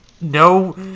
No